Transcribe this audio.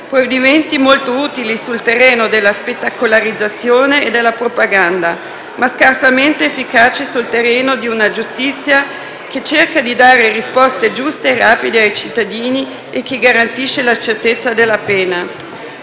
provvedimenti molto utili sul terreno della spettacolarizzazione e della propaganda, ma scarsamente efficaci sul terreno di una giustizia che cerca di dare risposte giuste e rapide ai cittadini e che garantisce la certezza della pena.